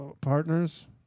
partners